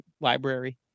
library